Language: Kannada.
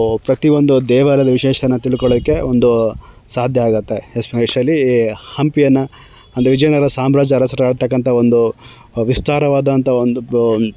ಪ್ರತಿಯೊಂದು ದೇವಾಲಯದ ವಿಶೇಷತೆಯನ್ನು ತಿಳ್ಕೊಳ್ಳೋದಕ್ಕೆ ಒಂದು ಸಾಧ್ಯ ಆಗುತ್ತೆ ಎಸ್ಪೆಷಲಿ ಈ ಹಂಪಿಯನ್ನು ಒಂದು ವಿಜಯನಗರ ಸಾಮ್ರಾಜ್ಯದ ಅರಸರು ಆಳ್ತಕ್ಕಂತಹ ಒಂದು ವಿಸ್ತಾರವಾದಂತಹ ಒಂದು ಬ